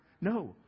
No